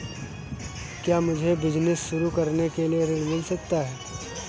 क्या मुझे बिजनेस शुरू करने के लिए ऋण मिल सकता है?